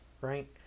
right